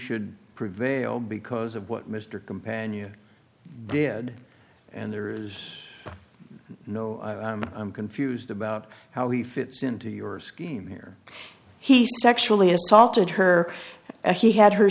should prevail because of what mr companion did and there is no i'm confused about how he fits into your scheme here he sexually assaulted her and he had her